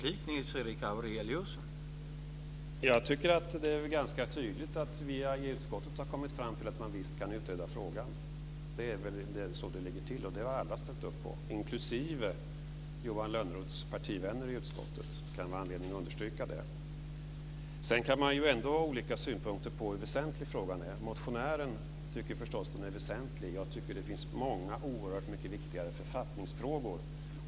Herr talman! Jag tycker att det är ganska tydligt att vi i utskottet har kommit fram till att det visst går att utreda frågan. Det är så det ligger till, och det har alla ställt upp på, inklusive Johan Lönnroths partivänner i utskottet. Det finns anledning att understryka det. Sedan kan man ha olika synpunkter på hur väsentlig frågan är. Motionären tycker förstås att den är väsentlig. Jag tycker att det finns många oerhört mycket viktigare författningsfrågor.